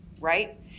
Right